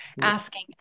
asking